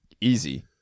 easy